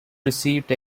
received